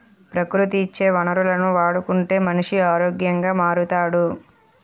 ప్రకృతి ఇచ్చే వనరులను వాడుకుంటే మనిషి ఆరోగ్యంగా మారుతాడు